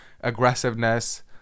aggressiveness